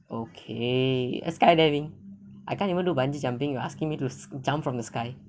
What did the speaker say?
okay a sky diving I can't even do bungee jumping you asking me to jump from the sky